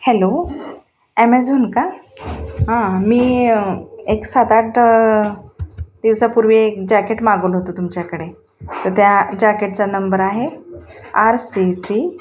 hello Amazon का हां मी एक सात आठ दिवसापूर्वी एक जॅकेट मागवलं होतं तुमच्याकडे तर त्या जॅकेटचा नंबर आहे आर सी सी